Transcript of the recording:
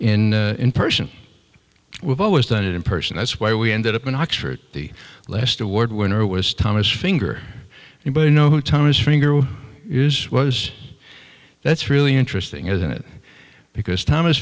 award in person we've always done it in person that's why we ended up in oxford the last award winner was thomas finger anybody know who thomas figaro is was that's really interesting isn't it because thomas